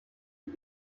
sie